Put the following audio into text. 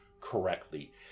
correctly